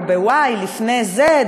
או ב-y לפני z,